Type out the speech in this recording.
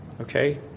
Okay